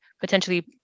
potentially